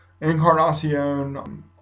Encarnacion